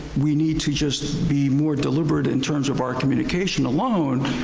we need to just be more deliberate in terms of our communication alone,